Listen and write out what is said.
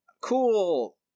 cool